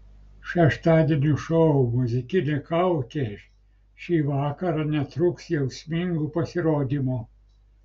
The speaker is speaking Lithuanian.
šeštadienio šou muzikinė kaukė šį vakarą netrūks jausmingų pasirodymų